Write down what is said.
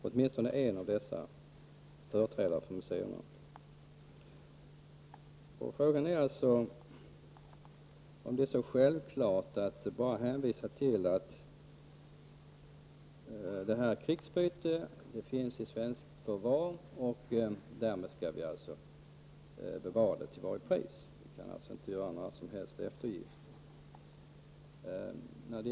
Åtminstone en av företrädarna för museerna uttryckte detta önskemål. Frågan är alltså om det är så självklart att bara hänvisa till att detta är krigsbyte, att det finns i svenskt förvar, att vi därmed till varje pris skall bevara det och att vi alltså inte kan göra några som helst eftergifter.